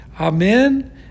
Amen